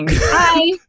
Hi